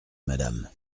madame